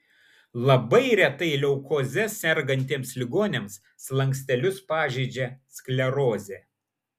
labai retai leukoze sergantiems ligoniams slankstelius pažeidžia sklerozė